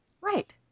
Right